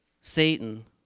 satan